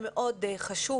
זה מאוד חשוב